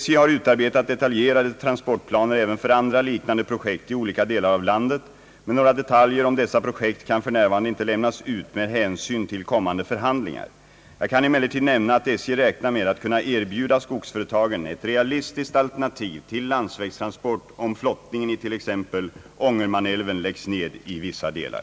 SJ har utarbetat detaljerade transportplaner även för andra liknande projekt i olika delar av landet men några detaljer om dessa projekt kan för närvarande inte lämnas ut med hänsyn till kommande förhandlingar. Jag kan emellertid nämna att SJ räknar med att kunna erbjuda skogsföretagen ett realistiskt alternativ till landsvägstransport om flottningen i t.ex. Ångermanälven läggs ned i vissa delar.